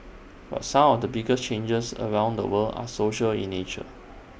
but some of the biggest changes around the world are social in nature